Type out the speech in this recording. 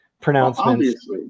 pronouncements